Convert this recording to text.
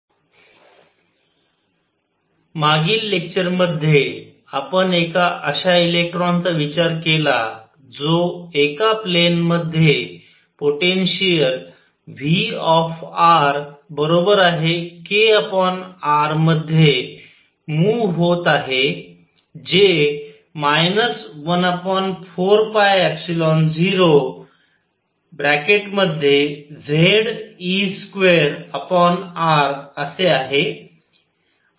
Wilson Sommerfeld quantum condition III particle moving in a Coulomb potential in 3d and related quantum numbers मागील lecture मध्ये आपण एका अश्या electron चा विचार केला जो एका प्लेन मध्ये पोटेंशिअल Vrkrमध्ये मुव्ह होत आहे जे 14π0असे आहे